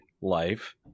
life